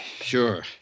sure